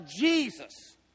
Jesus